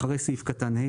אחרי סעיף קטן (ה),